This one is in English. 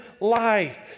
life